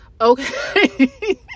okay